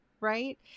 right